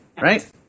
Right